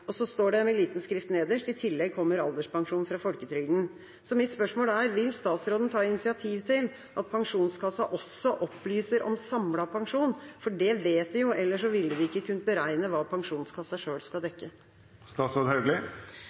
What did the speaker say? Og så står det med liten skrift nederst: «I tillegg kommer alderspensjon fra folketrygden.» Mitt spørsmål til statsråden er: Vil statsråden ta initiativ til at Pensjonskassen også opplyser om samlet pensjon – for det vet de jo, ellers ville de ikke kunnet beregne hva Pensjonskassen selv skal